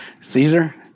Caesar